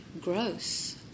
gross